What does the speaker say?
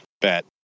bet